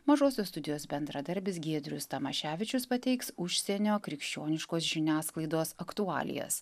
mažosios studijos bendradarbis giedrius tamaševičius pateiks užsienio krikščioniškos žiniasklaidos aktualijas